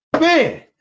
man